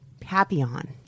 Papillon